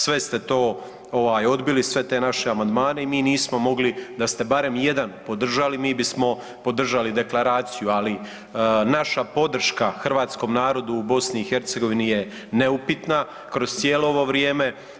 Sve ste to ovaj odbili, sve te naše amandmane i mi nismo mogli da ste barem jedan podržali mi bismo podržali deklaraciju, ali naša podrška hrvatskom narodu u BiH je neupitna kroz cijelo ovo vrijeme.